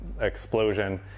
explosion